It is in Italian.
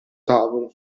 tavolo